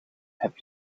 heb